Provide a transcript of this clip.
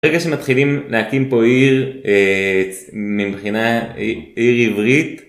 ברגע שמתחילים להקים פה עיר אהה מבחינה עיר עברית